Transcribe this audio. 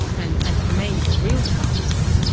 and and for me, the real task,